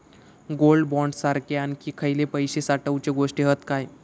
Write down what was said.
Gold bond सारखे आणखी खयले पैशे साठवूचे गोष्टी हत काय?